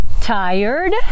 tired